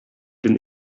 den